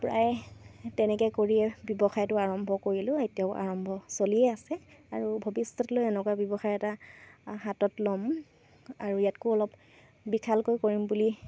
প্ৰায় তেনেকৈ কৰিয়ে ব্যৱসায়টো আৰম্ভ কৰিলোঁ এতিয়াও আৰম্ভ চলিয়ে আছে আৰু ভৱিষ্যতলৈ এনেকুৱা ব্যৱসায় এটা হাতত ল'ম আৰু ইয়াতকৈ অলপ বিশালকৈ কৰিম বুলি